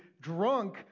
drunk